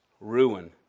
ruin